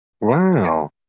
Wow